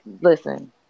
listen